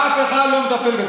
אף אחד לא מטפל בזה.